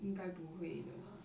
应该不会的啦